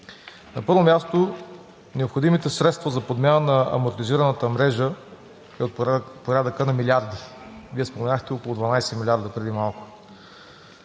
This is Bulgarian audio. На първо място, необходимите средства за подмяна на амортизираната мрежа са от порядъка на милиарди. Вие споменахте около 12 милиарда преди малко.